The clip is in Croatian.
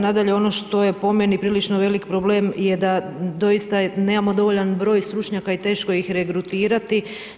Nadalje, ono što je po meni, prilično veliki problem, je da doista nemamo dovoljan broj stručnjaka i teško ih je regrutirati.